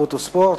התרבות והספורט,